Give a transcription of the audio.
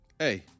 Hey